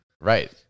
Right